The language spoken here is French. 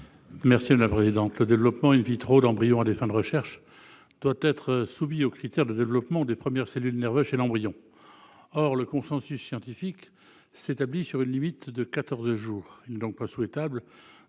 n° 248 rectifié . Le développement d'embryons à des fins de recherche doit être soumis au critère du développement des premières cellules nerveuses chez l'embryon. Or, le consensus scientifique s'établit sur une limite de quatorze jours. Il n'est donc pas souhaitable